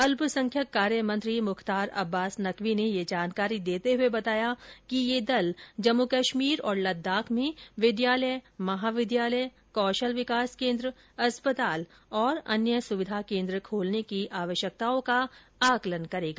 अल्पसंख्यक कार्य मंत्री मुख्तार अब्बास नकवी ने यह जानकारी देते हुए बताया कि यह दल जम्मू कश्मीर और लद्दाख में विद्यालय महाविद्यालय कौशल विकास केन्द्र अस्पताल और अन्य सुविधा केन्द्र खोलने की आवश्यकताओं का आकलन करेगा